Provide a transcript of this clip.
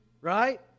right